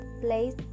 place